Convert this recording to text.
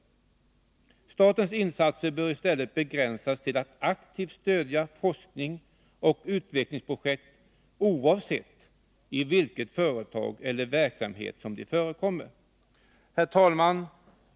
Statens insatser bör i stället begränsas till att aktivt stödja forskning och utvecklingsprojekt oavsett i vilket företag eller vilken verksamhet som de förekommer. Herr talman!